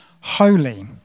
holy